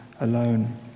alone